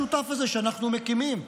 את המפעל המשותף הזה שאנחנו מקימים.